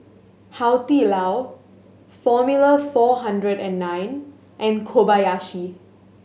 Hai Di Lao Formula Four Hundred And Nine and Kobayashi